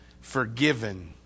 forgiven